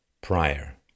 prior